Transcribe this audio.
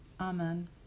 Amen